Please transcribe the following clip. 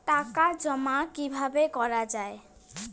টাকা জমা কিভাবে করা য়ায়?